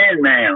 man